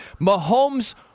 Mahomes